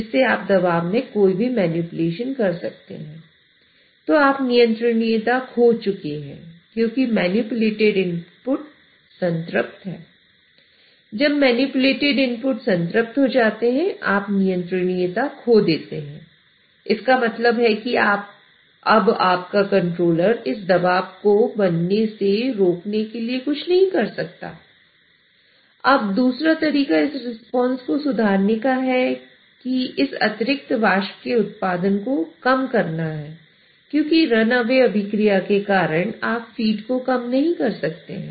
जब manipulated input को कम नहीं कर सकते हैं